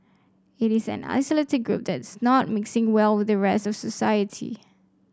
it is an isolated group that is not mixing well with the rest of society